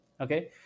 okay